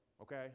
Okay